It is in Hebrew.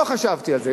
לא חשבתי על זה,